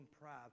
pride